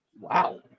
Wow